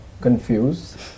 confused